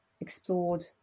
explored